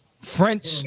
French